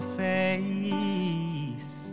face